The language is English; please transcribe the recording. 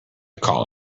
call